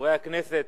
חברי הכנסת,